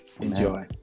Enjoy